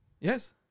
Yes